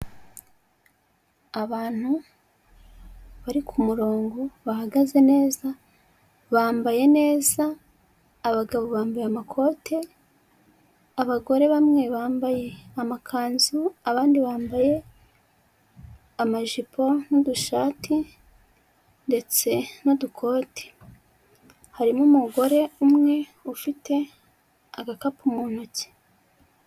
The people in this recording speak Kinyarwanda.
Abantu bari ku murongo bahagaze neza, bambaye neza, abagabo bambaye amakote, abagore bamwe bambaye amakanzu abandi bambaye amajipo n'udushati ndetse n'udukote; harimo umugore umwe ufite agakapu mu ntoki.